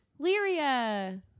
Lyria